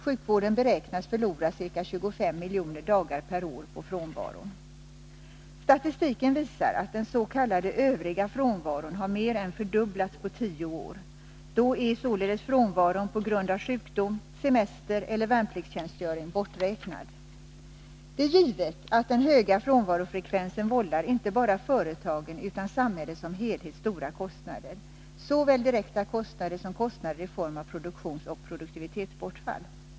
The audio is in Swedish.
Sjukvården beräknas förlora ca 25 miljoner arbetsdagar per år på frånvaron. Statistiken visar att dens.k. övriga frånvaron har mer än fördubblats på tio år. Då är således frånvaro på grund av sjukdom, semester eller värnpliktstjänstgöring borträknad. Det är givet att den höga frånvarofrekvensen vållar inte bara företagen utan samhället som helhet stora kostnader, såväl direkta kostnader som kostnader i form av produktionsoch produktivitetsbortfall.